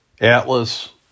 Atlas